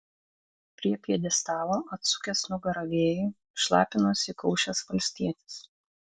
prie pjedestalo atsukęs nugarą vėjui šlapinosi įkaušęs valstietis